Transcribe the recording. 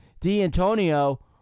D'Antonio